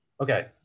Okay